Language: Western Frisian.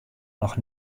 noch